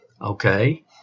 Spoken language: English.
Okay